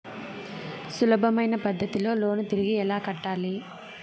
సులభమైన పద్ధతిలో లోను తిరిగి ఎలా కట్టాలి